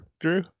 Drew